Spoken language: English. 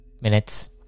minutes